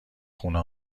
خونه